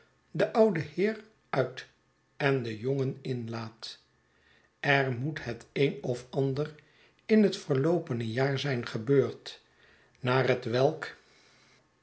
den ouden heer uit en den jongen inlaat er moet het een of ander in het verloopene jaar zijn gebeurd naar hetwelk